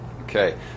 Okay